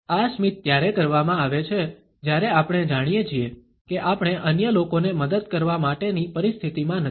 આ સ્મિત ત્યારે કરવામાં આવે છે જ્યારે આપણે જાણીએ છીએ કે આપણે અન્ય લોકોને મદદ કરવા માટેની પરિસ્થિતિમાં નથી